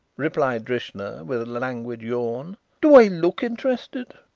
replied drishna, with a languid yawn do i look interested?